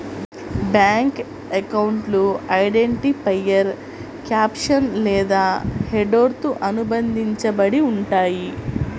bank అకౌంట్లు identifier caption లేదా హెడర్తో అనుబంధించబడి ఉంటయ్యి